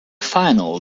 final